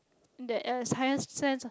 there is higher sense of